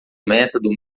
método